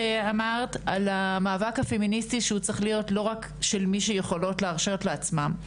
כשאמרת שהמאבק הפמיניסטי צריך להיות לא רק של מי שיכולות להרשות לעצמן.